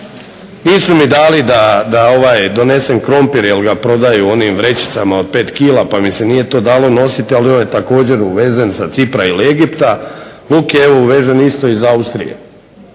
Nisu mi dali da donesem krompir jer ga prodaju u onim vrećicama od 5 kg pa mi se to nije dalo nositi. Ali on je također uvezen sa Cipra i Egipta. Luk je uvezen isto iz Austrije.